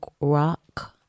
rock